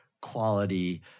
quality